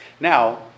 Now